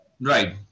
Right